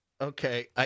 Okay